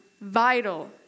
vital